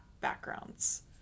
backgrounds